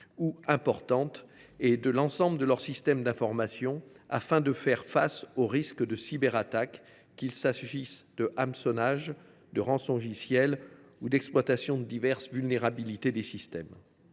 ou « importantes » et de l’ensemble de leurs systèmes d’information, afin de faire face au risque de cyberattaques, qu’il s’agisse d’hameçonnage, de rançongiciel ou d’exploitation de diverses vulnérabilités des systèmes.